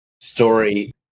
story